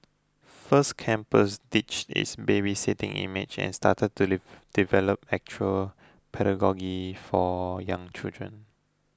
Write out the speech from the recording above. First Campus ditched its babysitting image and started to develop actual pedagogy for young children